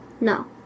No